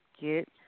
get